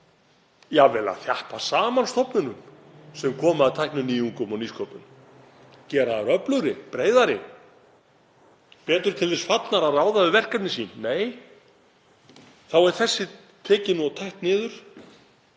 að vera að þjappa saman stofnunum sem koma að tækninýjungum og nýsköpun, gera þær öflugri og breiðari, betur til þess fallnar að ráða við verkefni sín. Nei, þá er þessi tekin og tætt niður